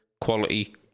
quality